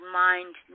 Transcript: mind